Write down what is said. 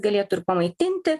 galėtų ir pamaitinti